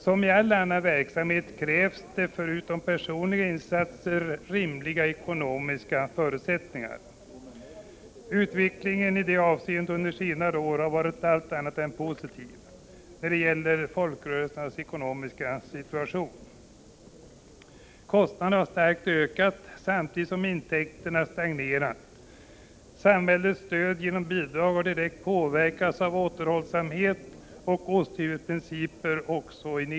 Som i all annan verksamhet krävs det förutom personliga insatser rimliga ekonomiska förutsättningar. Utvecklingen under senare år har varit allt annat än positiv när det gäller folkrörelsernas ekonomiska situation. Kostnaderna har starkt ökat samtidigt som intäkterna stagnerat. Samhällets stöd genom bidrag har direkt påverkats av återhållsamhet och osthyvelsprinciper.